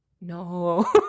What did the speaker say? no